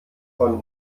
von